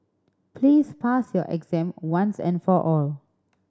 please pass your exam once and for all